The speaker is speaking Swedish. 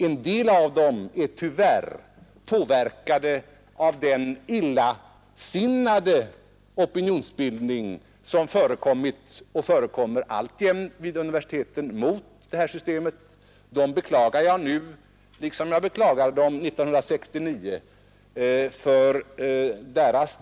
En del av dessa studenter är tyvärr påverkade av| den illasinnade opinionsbildning som förekommit och alltjämt före kommer vid universiteten mot detta system. Dem beklagar jag nu likso jag beklagade dem 1969.